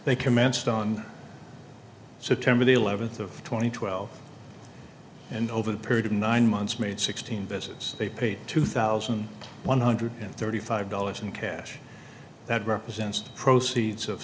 they commenced on september the eleventh of two thousand and twelve and over the period of nine months made sixteen visits they paid two thousand one hundred and thirty five dollars in cash that represents the proceeds of